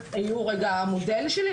הם היו רגע המודל שלי,